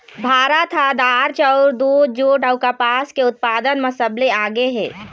भारत ह दार, चाउर, दूद, जूट अऊ कपास के उत्पादन म सबले आगे हे